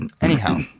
Anyhow